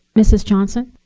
mrs. johnson.